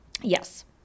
Yes